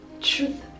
truth